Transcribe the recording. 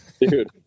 Dude